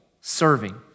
serving